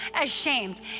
ashamed